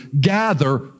gather